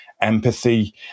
empathy